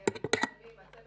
לבחילות של תושבי אשקלון,